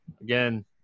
again